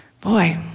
Boy